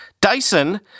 Dyson